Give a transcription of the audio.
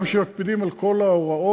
גם כשמקפידים על כל ההוראות,